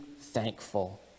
thankful